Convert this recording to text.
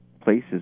places